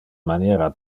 maniera